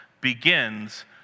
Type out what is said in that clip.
begins